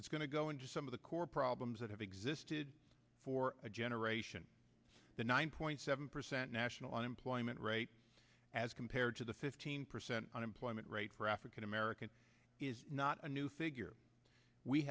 it's going to go into some of the core problems that have existed for a generation the nine point seven percent national unemployment rate as compared to the fifteen percent unemployment rate for african americans is not a new figure we